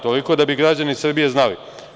Toliko, da bi građani Srbije znali.